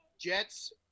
Jets